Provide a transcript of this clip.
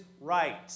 right